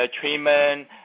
treatment